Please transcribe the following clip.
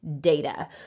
Data